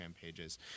pages